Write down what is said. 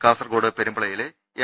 കാസർകോട് പെരുമ്പളയിലെ എം